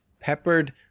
peppered